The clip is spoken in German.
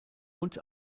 und